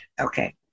Okay